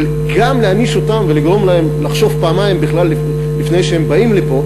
אבל גם להעניש אותם ולגרום להם לחשוב פעמיים בכלל לפני שהם באים לפה?